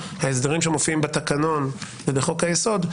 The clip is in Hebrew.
ההסדרים שמופיעים בתקנון ובחוק-היסוד,